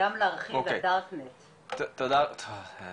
תודה רבה